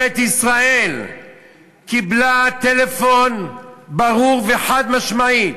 ישראל קיבלה טלפון ברור וחד-משמעי,